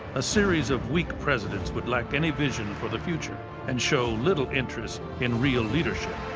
a series of weak presidents would lack any vision for the future and showed little interest in real leadership.